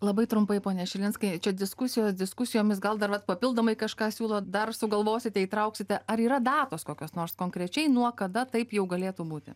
labai trumpai pone šilinskai čia diskusijos diskusijomis gal dar vat papildomai kažką siūlot dar sugalvosite įtrauksite ar yra datos kokios nors konkrečiai nuo kada taip jau galėtų būti